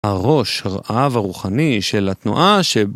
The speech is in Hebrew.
הראש הרעב הרוחני של התנועה שב...